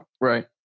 right